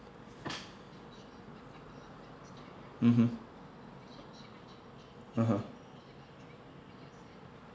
mmhmm (uh huh)